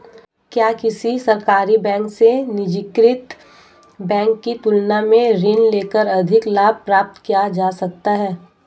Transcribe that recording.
क्या किसी सरकारी बैंक से निजीकृत बैंक की तुलना में ऋण लेकर अधिक लाभ प्राप्त किया जा सकता है?